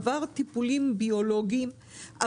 עבר טיפולים ביולוגיים,